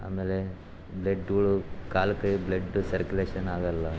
ಆಮೇಲೆ ಬ್ಲೆಡ್ಗಳು ಕಾಲು ಕೈಯಗೆ ಬ್ಲೆಡ್ ಸರ್ಕ್ಯುಲೇಷನ್ ಆಗೋಲ್ಲ